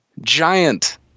giant